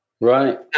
Right